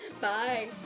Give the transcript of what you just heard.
bye